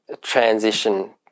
transition